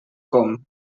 com